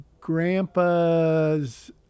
grandpa's